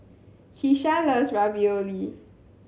Kesha loves Ravioli